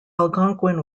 algonquin